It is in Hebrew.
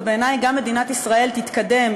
ובעיני גם מדינת ישראל תתקדם,